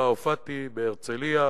הופעתי בהרצלייה